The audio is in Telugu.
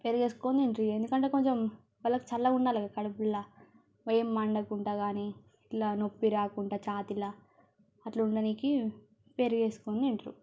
పెరుగు వేసుకొని తింటారు ఇక ఎందుకంటే కొంచెం వాళ్ళకు చల్లగా ఉండాలి కదా కడుపులో ఏం మండకుండ కానీ ఇట్లా నొప్పి రాకుంటా చాతిలో అట్లా ఉండనీకి పెరుగు వేసుకొని తింటారు